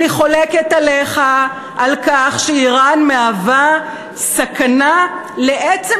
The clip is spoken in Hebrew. אני חולקת על כך שאיראן מהווה סכנה לעצם